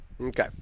okay